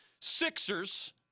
Sixers